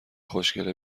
خوشکله